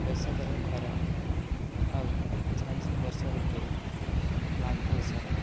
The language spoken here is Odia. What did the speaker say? ବୈଶାଖର ଖରା ଆଉ ଝାଞ୍ଜି ବର୍ଷା ଋତୁର ମାଘ ଅସରା